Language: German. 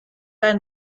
ein